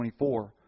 24